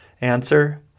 Answer